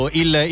il